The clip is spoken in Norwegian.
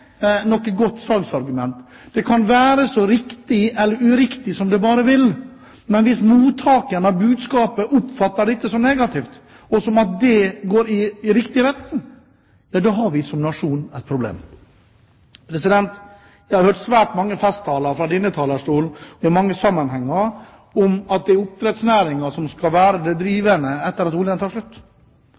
noe godt salgsargument. Det kan være så riktig eller så uriktig som det bare vil, men hvis mottakeren av budskapet oppfatter dette som negativt, og som at det går i riktig retning, har vi som nasjon et problem. Jeg har hørt svært mange festtaler fra denne talerstolen i mange sammenhenger om at det er oppdrettsnæringen som skal være det som er «drivende» etter at oljen tar slutt